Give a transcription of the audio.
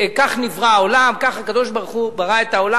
כך נברא העולם, כך הקדוש-ברוך-הוא ברא את העולם.